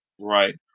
Right